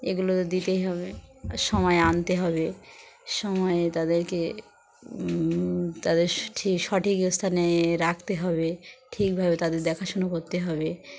এগুলো দিতেই হবে সময়ে আনতে হবে সময়ে তাদেরকে তাদের ঠিক সঠিক স্থানে রাখতে হবে ঠিকভাবে তাদের দেখাশুনো করতে হবে